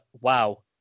wow